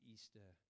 Easter